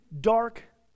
dark